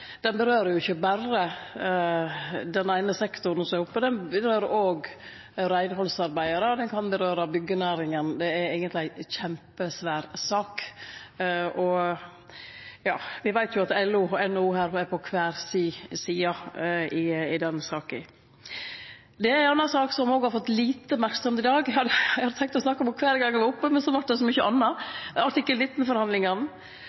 ikkje berre ved den eine sektoren som er oppe i det, men òg ved reinhaldsarbeidarar, ved byggjenæringa, det er eigentleg ei kjempesvær sak. Me veit at LO og NHO er på kvar si side i den saka. Det er òg ei anna sak som har fått lite merksemd i dag. Eg hadde tenkt å snakke om ho kvar gong eg var oppe, men så vart det så mykje